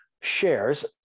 shares